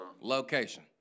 Location